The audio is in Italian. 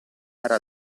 era